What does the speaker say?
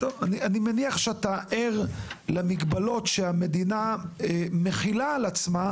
אני מניח שאתה ער למגבלות שהמדינה מכילה על עצמה,